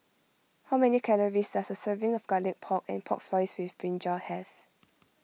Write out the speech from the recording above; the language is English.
how many calories does a serving of Garlic Pork and Pork Floss with Brinjal have